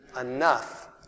enough